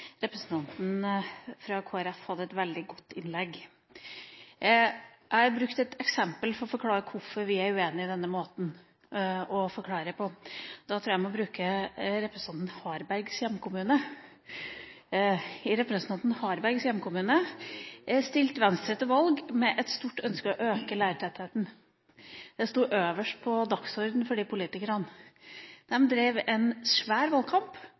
representanten fra Kristelig Folkeparti hadde et veldig godt innlegg. Jeg har brukt et eksempel for å forklare hvorfor vi er uenige i måten å forklare dette på. Da tror jeg jeg må bruke representanten Harbergs hjemkommune. I representanten Harbergs hjemkommune stilte Venstre til valg med et stort ønske om å øke lærertettheten. Det sto øverst på dagsordenen for politikerne. De drev en svær valgkamp